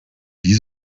wie